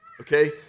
Okay